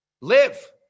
live